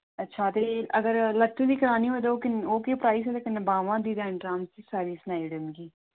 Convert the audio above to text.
अच्छा ते अगर लत्तें दी करानी होऐ ते ओह् किन ओह् केह् प्राइस होग ते कन्नै बाह्मां दी ते अंडर आर्म दी सारी सनाई ओड़ओ मिकी